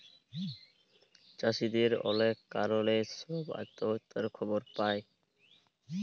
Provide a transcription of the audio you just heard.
চাষীদের অলেক কারলে ছব আত্যহত্যার খবর পায়